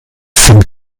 sind